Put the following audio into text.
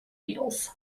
beetles